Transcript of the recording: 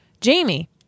Jamie